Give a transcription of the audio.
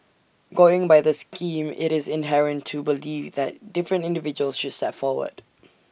going by the scheme IT is inherent to believe that different individuals should step forward